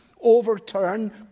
overturn